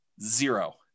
zero